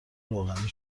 روغنی